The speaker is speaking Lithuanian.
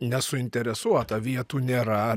nesuinteresuota vietų nėra